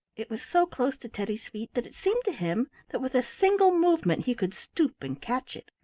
it was so close to teddy's feet that it seemed to him that with a single movement he could stoop and catch it.